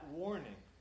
warning